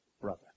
brother